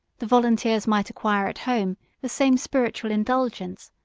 the volunteers might acquire at home the same spiritual indulgence,